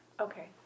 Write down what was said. Okay